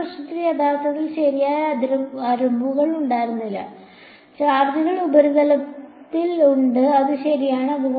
മറ്റൊരു പ്രശ്നത്തിൽ യഥാർത്ഥത്തിൽ ശരിയായ അതിർവരമ്പുകൾ ഉണ്ടായിരുന്നില്ല ചാർജുകൾ ഉപരിതലത്തിൽ ഉണ്ട് അത് ശരിയാണ്